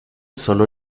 solo